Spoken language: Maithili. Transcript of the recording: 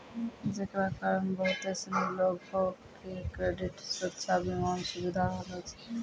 जेकरा कारण बहुते सिनी लोको के क्रेडिट सुरक्षा बीमा मे सुविधा होलो छै